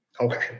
Okay